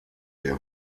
der